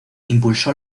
impulsó